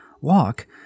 walk